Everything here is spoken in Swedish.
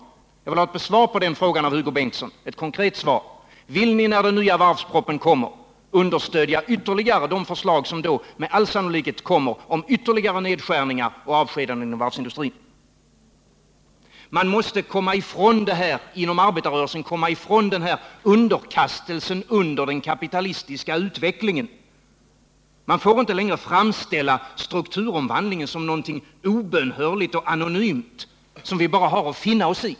Jag vill ha ett konkret svar på den frågan av Hugo Bengtsson. Kommer ni att stödja de förslag om ytterligare nedskärningar och avskedanden inom varven som då med all sannolikhet framläggs? Man måste inom arbetarrörelsen komma ifrån den här underkastelsen under den kapitalistiska utvecklingen. Man får inte längre framställa strukturomvandlingen som någonting obönhörligt och anonymt som vi bara har att finna oss i.